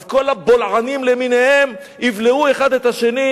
אז כל הבולענים למיניהם יבלעו אחד את השני,